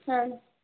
ಹಾಂ